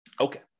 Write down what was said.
Okay